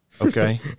Okay